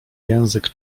język